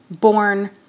born